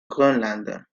groenland